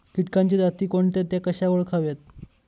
किटकांच्या जाती कोणत्या? त्या कशा ओळखाव्यात?